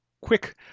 quick